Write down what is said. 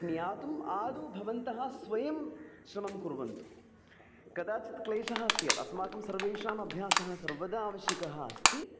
ज्ञातुम् आदौ भवन्तः स्वयं श्रमं कुर्वन्तु कदाचित् क्लेशः स्यात् अस्माकं सर्वेषाम् अभ्यासः सर्वदा आवश्यकः अस्ति